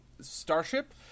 starship